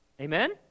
Amen